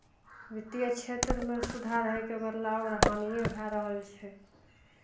वित्तीय क्षेत्रमे सुधार होइके बदला आओर हानिये भए रहल छै